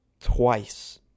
twice